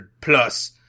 plus